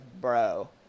Bro